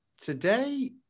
today